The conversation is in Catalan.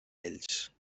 ells